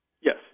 Yes